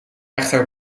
echter